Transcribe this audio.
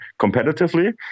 competitively